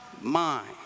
mind